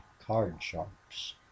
card-sharks